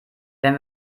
wenn